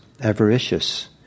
avaricious